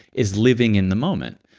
is living in the moment.